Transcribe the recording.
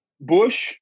Bush